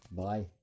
bye